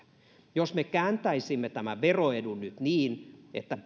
jos me kääntäisimme tämän veroedun nyt niin että